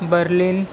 Berlin